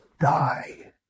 die